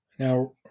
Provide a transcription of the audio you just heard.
Now